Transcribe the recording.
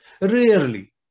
Rarely